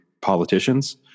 politicians